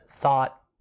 thought